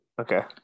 Okay